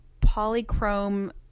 polychrome